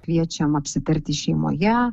kviečiam apsitarti šeimoje